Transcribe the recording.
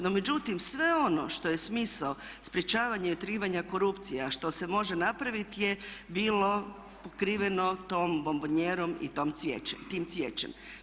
No međutim, sve ono što je smisao sprječavanja i otkrivanja korupcije a što se može napraviti je bilo pokriveno tom bombonijerom i tim cvijećem.